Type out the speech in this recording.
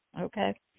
okay